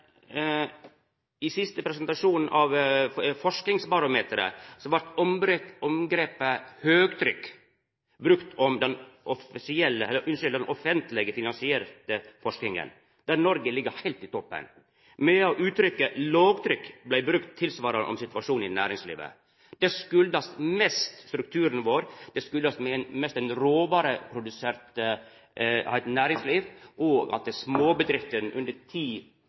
den siste presentasjonen av Forskingsbarometeret, vart omgrepet «høgtrykk» brukt om den offentleg finansierte forskinga, der Noreg ligg heilt i toppen, medan uttrykket «lågtrykk» blei brukt om tilsvarande situasjon i næringslivet. Det skuldast mest strukturen vår, det skuldast mest eit råvareproduserande næringsliv, og at småbedrifter med mindre enn ti tilsette, utgjer heile 36 pst. Først vil jeg svare helt konkret på spørsmålet fra representanten Aspaker når det